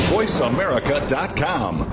VoiceAmerica.com